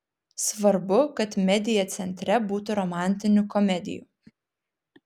svarbu kad media centre būtų romantinių komedijų